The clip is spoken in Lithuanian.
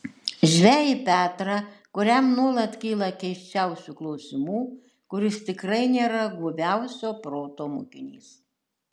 žvejį petrą kuriam nuolat kyla keisčiausių klausimų kuris tikrai nėra guviausio proto mokinys